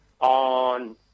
on